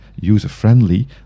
user-friendly